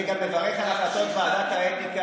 טרוריסטים ובוגדים.